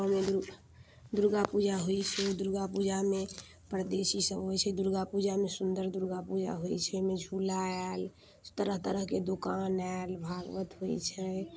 हमरा गाँव मे दुर्गा दुर्गा पूजा होइ छै दुर्गा पूजामे परदेशी सब अबै छै दुर्गा पूजामे सुन्दर दुर्गा पूजा होइ छै अइमे झूला आयल तरह तरहके दोकान आयल भागवत होइ छै